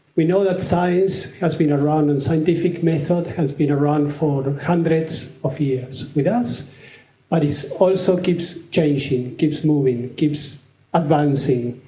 we know that science has been around and scientific method has been around for hundreds of years with us, but it also keeps changing, keeps moving, keeps advancing.